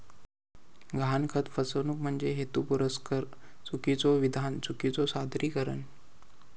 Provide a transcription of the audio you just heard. गहाणखत फसवणूक म्हणजे हेतुपुरस्सर चुकीचो विधान, चुकीचो सादरीकरण